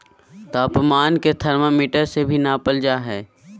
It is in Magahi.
तापमान के थर्मामीटर से भी नापल जा हइ